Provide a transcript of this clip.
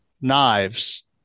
knives